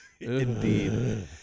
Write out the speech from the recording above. Indeed